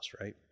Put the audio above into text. right